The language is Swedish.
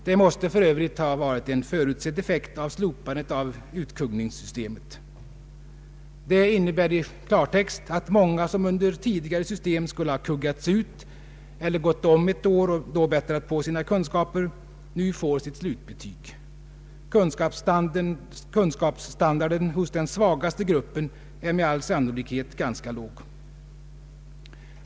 Det måste för övrigt ha varit en förutsedd effekt av slopandet av ”utkuggningssystemet”. Det innebär i klartext att många som under tidigare system skulle ha kuggats ut eller gått om ett år och då bättrat på sina kunskaper, nu får sitt slutbetyg. Kunskapsstandarden hos den svagaste gruppen är med all sannolikhet ganska låg.